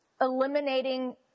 eliminating